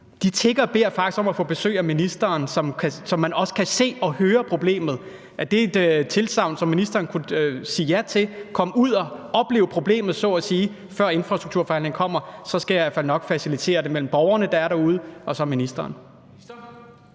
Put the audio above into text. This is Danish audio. De tigger og beder faktisk om at få besøg af ministeren, så han også kan se og høre problemet. Er det et tilsagn, som ministeren kan give, at han kommer ud og oplever problemet så at sige, før infrastrukturforhandlingerne kommer? Så skal jeg i hvert fald nok facilitere det mellem borgerne, der er derude, og så ministeren.